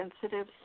sensitive